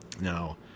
Now